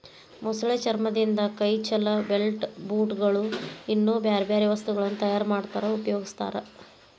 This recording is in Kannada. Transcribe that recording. ಮೊಸಳೆ ಚರ್ಮದಿಂದ ಕೈ ಚೇಲ, ಬೆಲ್ಟ್, ಬೂಟ್ ಗಳು, ಇನ್ನೂ ಬ್ಯಾರ್ಬ್ಯಾರೇ ವಸ್ತುಗಳನ್ನ ತಯಾರ್ ಮಾಡಾಕ ಉಪಯೊಗಸ್ತಾರ